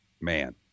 man